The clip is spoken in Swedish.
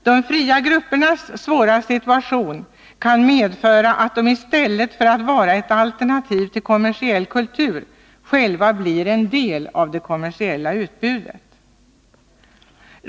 De fria gruppernas svåra situation kan medföra att de i stället för att vara ett alternativ till kommersiell kultur själva blir en del av det kommersiella utbudet.